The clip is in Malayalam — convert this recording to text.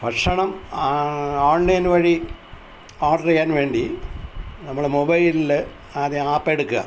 ഭക്ഷണം ഓൺലൈൻ വഴി ഓർഡർ ചെയ്യാൻ വേണ്ടി നമ്മുടെ മൊബൈലില് ആദ്യം ആപ്പ് എടുക്കുക